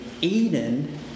Eden